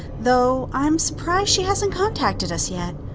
though i'm surprised she hasn't contacted us yet.